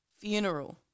funeral